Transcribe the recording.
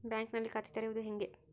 ಬ್ಯಾಂಕಿನಲ್ಲಿ ಖಾತೆ ತೆರೆಯುವುದು ಹೇಗೆ?